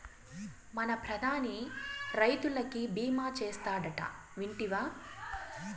మన ప్రధాని రైతులకి భీమా చేస్తాడటా, ఇంటివా